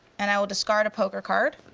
and i will discard a poker card.